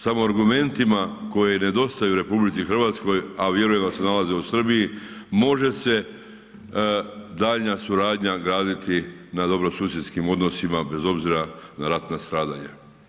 Samo argumentima koji nedostaju u RH a vjerujem da se nalaze u Srbiji može se daljnja suradnja graditi na dobrosusjedskim odnosima bez obzira na ratna stradanja.